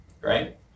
right